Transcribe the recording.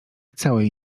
całej